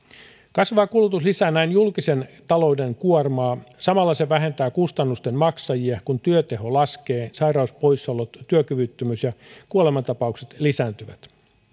kasvava kulutus lisää näin julkisen talouden kuormaa samalla se vähentää kustannusten maksajia kun työteho laskee ja sairauspoissaolot työkyvyttömyys ja kuolemantapaukset lisääntyvät